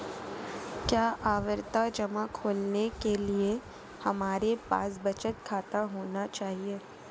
क्या आवर्ती जमा खोलने के लिए हमारे पास बचत खाता होना चाहिए?